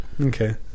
Okay